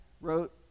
wrote